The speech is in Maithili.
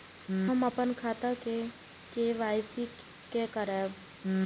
हम अपन खाता के के.वाई.सी के करायब?